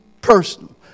personal